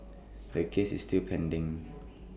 the case is still pending